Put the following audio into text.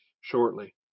shortly